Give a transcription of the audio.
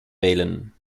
wählen